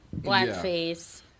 blackface